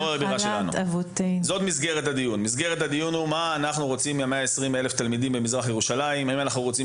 זאת ארץ אבותינו על אפך וחמתך.